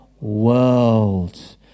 world